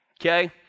okay